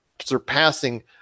surpassing